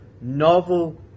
novel